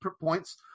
points